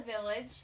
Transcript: village